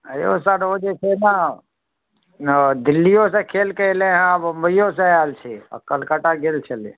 यौ सर ओ जे छै ने ओ दिल्लीओसँ खेल कऽ एलै हँ आ बम्बइओसँ आयल छै आ कलकत्ता गेल छलै